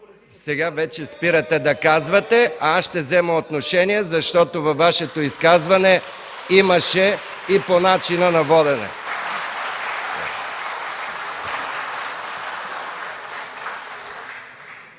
Сега вече спирате да казвате, аз ще взема отношение, защото във Вашето изказване имаше и по начина на водене.